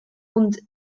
und